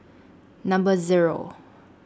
Number Zero